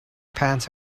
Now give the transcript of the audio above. pants